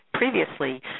previously